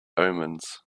omens